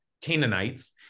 Canaanites